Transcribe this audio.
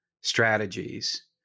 strategies